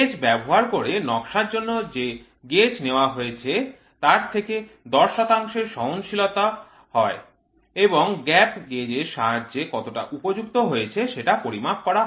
gauge ব্যবহার করে নকশার জন্য যে গেজ নেওয়া হয়েছে তার থেকে ১০ শতাংশের সহনশীলতা হয় এবং gap gauge এর সাহায্যে কতটা উপযুক্ত হয়েছে সেটা পরিমাপ করা হয়